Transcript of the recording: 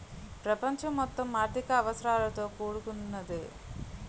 ప్రపంచం మొత్తం ఆర్థిక అవసరాలతో కూడుకున్నదే